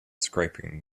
scraping